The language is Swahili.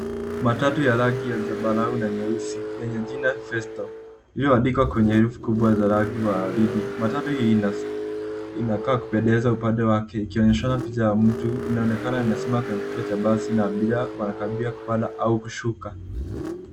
Matatu ya rangi ya zambarau na nyeusi yenye jina zesta iliyo andikwa kwa herufi kubwa ya rangi ya waridi. Matatu inakaa kupendeza upande wake ikionenyeshana picha ya mtu. Inaonekana imesimama kwa kituo cha basi na abiria wanaabiri kupanda au kushuka.